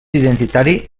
identitari